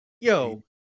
yo